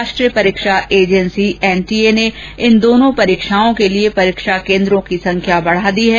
राष्ट्रीय परीक्षा agency NTA ने इन दोनों परीक्षाओं के लिए परीक्षा केन्द्रों की संख्या में वृद्धि कर दी है